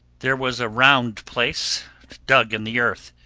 there was a round place dug in the earth,